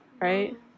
right